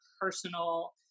personal